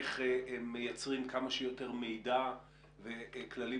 איך מייצרים כמה שיותר מידע וכללים